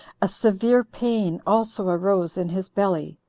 a severe pain also arose in his belly,